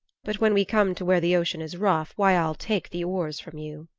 but when we come to where the ocean is rough, why i'll take the oars from you.